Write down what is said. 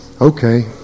Okay